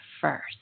first